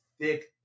thick